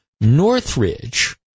Northridge